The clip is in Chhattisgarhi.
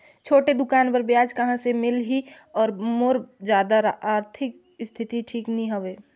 छोटे दुकान बर ब्याज कहा से मिल ही और मोर जादा आरथिक स्थिति ठीक नी हवे?